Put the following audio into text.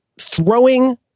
throwing